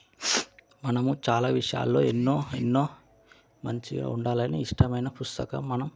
మనము చాలా విషయాలలో ఎన్నో ఎన్నో మంచిగా ఉండాలని ఇష్టమైన పుస్తకం మనం